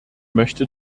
möchte